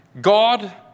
God